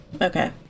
Okay